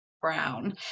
Brown